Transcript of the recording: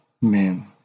men